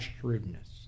shrewdness